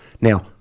Now